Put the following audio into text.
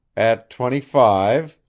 at twenty-five.